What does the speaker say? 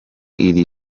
iri